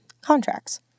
contracts